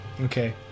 Okay